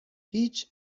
هیچ